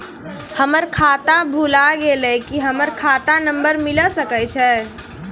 हमर खाता भुला गेलै, की हमर खाता नंबर मिले सकय छै?